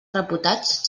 reputats